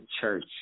church